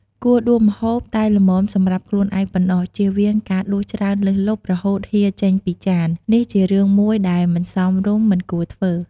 គួរដួសម្ហូបតែល្មមសម្រាប់ខ្លួនឯងប៉ុណ្ណោះ ជៀសវាងការដួសច្រើនលើសលប់ រហូតហៀរចេញពីចាន នេះជារឿងមួយដែលមិនសមរម្យ មិនគួរធ្វើ។